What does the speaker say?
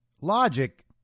logic